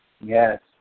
Yes